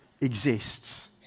exists